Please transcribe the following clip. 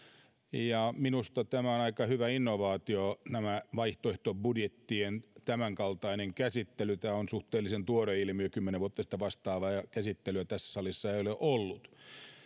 ja minusta on aika hyvä innovaatio tämä vaihtoehtobudjettien tämänkaltainen käsittely tämä on suhteellisen tuore ilmiö kymmenen vuotta sitten vastaavaa käsittelyä tässä salissa ei ole ollut